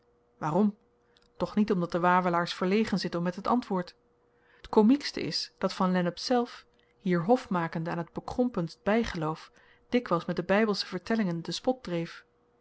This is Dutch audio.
waarom toch niet omdat de wawelaars verlegen zitten met het antwoord t komiekste is dat v l zelf hier hofmakende aan t bekrompenst bygeloof dikwyls met de bybelsche vertellingen den spot dreef